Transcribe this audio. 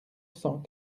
cent